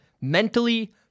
Mentally